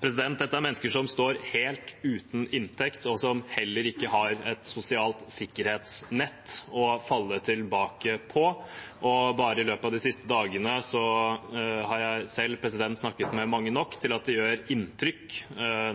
Dette er mennesker som står helt uten inntekt, og som heller ikke har et sosialt sikkerhetsnett å falle tilbake på. Bare i løpet av de siste dagene har jeg selv snakket med mange nok til at det gjør inntrykk,